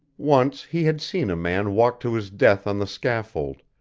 once he had seen a man walk to his death on the scaffold,